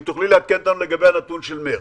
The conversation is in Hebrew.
אם תוכלי לעדכן אותנו לגבי הנתון של מרס.